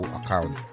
account